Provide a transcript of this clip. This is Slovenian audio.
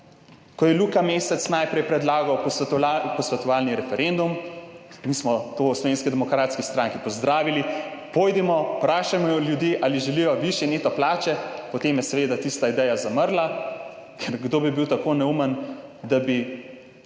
ko je Luka Mesec najprej predlagal posvetovalni referendum. Mi smo to v Slovenski demokratski stranki pozdravili, pojdimo, vprašajmo ljudi, ali želijo višje neto plače. Potem je seveda tista ideja zamrla, ker kdo bi bil tako neumen, da bi